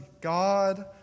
God